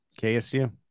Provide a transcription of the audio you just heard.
KSU